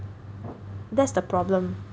that's the problem